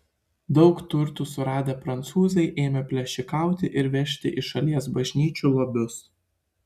daug turtų suradę prancūzai ėmė plėšikauti ir vežti iš šalies bažnyčių lobius